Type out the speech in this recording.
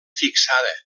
fixada